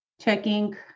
checking